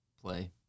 play